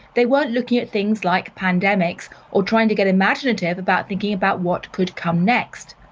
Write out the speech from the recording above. they weren't looking at things like pandemics or trying to get imaginative about thinking about what could come next.